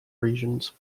regions